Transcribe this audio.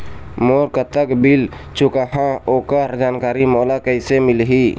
मोर कतक बिल चुकाहां ओकर जानकारी मोला कैसे मिलही?